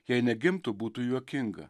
jei negimtų būtų juokinga